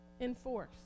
enforce